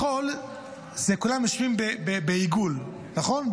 מחול זה כולם יושבים בעיגול, נכון?